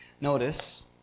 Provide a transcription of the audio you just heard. Notice